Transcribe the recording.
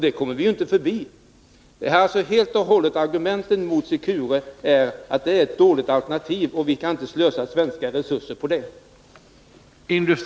Det kommer vi inte förbi. Argumenten mot Secure är att det är ett dåligt alternativ och att vi inte kan slösa svenska resurser på det.